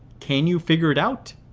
can you figure it out?